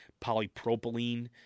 polypropylene